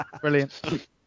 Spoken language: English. Brilliant